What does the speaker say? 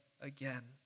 again